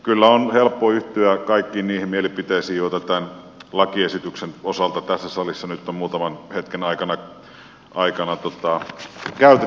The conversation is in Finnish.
kyllä on helppo yhtyä kaikkiin niihin mielipiteisiin joita tämän lakiesityksen osalta tässä salissa nyt on muutaman hetken aikana käytetty